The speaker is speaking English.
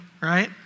Right